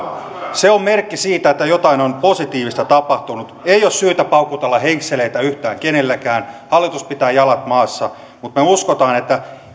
se on merkki siitä että jotain positiivista on tapahtunut ei ole syytä paukutella henkseleitä yhtään kenelläkään hallitus pitää jalat maassa mutta me me uskomme että